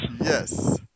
Yes